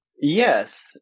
Yes